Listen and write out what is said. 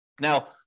Now